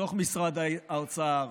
בתוך משרד האוצר.